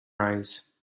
eyes